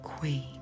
Queen